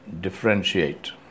differentiate